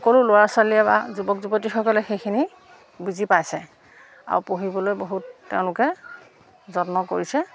সকলো ল'ৰা ছোৱালীয়ে বা যুৱক যুৱতীসকলে সেইখিনি বুজি পাইছে আৰু পঢ়িবলৈ বহুত তেওঁলোকে যত্ন কৰিছে